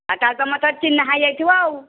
ତା'ହେଲେ ତୁମର ତ ଚିହ୍ନା ହୋଇଯାଇଥିବ ଆଉ